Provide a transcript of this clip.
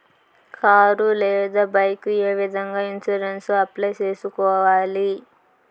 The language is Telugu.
కారు లేదా బైకు ఏ విధంగా ఇన్సూరెన్సు అప్లై సేసుకోవాలి